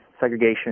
Segregation